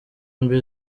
mbi